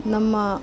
ನಮ್ಮ